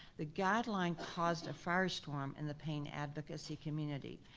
the guideline caused a firestorm in the pain advocacy community.